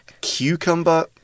Cucumber